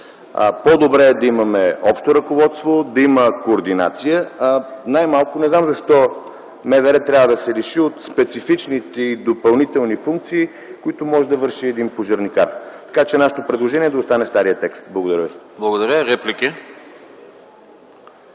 По-добре е да има общо ръководство и координация. Не знам защо МВР трябва да се лиши от специфичните и допълнителни функции, които може да върши един пожарникар?! Нашето предложение е да остане старият текст. Благодаря